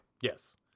Yes